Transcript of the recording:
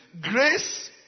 grace